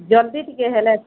ଜଲ୍ଦି ଟିକେ ହେଲେ